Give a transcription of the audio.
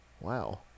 wow